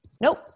nope